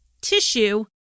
tissue